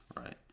right